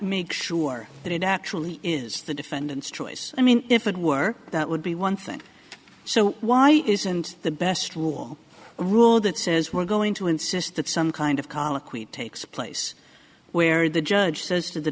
make sure that it actually is the defendant's choice i mean if it were that would be one thing so why isn't the best rule rule that says we're going to insist that some kind of colloquy takes place where the judge says to the